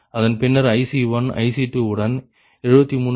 அதன்பின்னர் IC1 IC2 உடன் 73